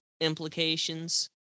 implications